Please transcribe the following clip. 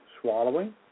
swallowing